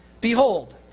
Behold